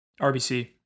RBC